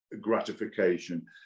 gratification